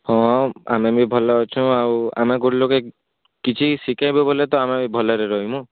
ହଁ ଆମେ ବି ଭଲ୍ ଅଛୁ ଆଉ ଆମେ ଗୋଡ଼ ଲଗେଇ କିଛି ଶିଖଇବୁ ବୋଲି ତ ଆମେ ଭଲରେ ରହିମୁଁ